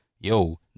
Yo